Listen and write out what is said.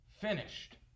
finished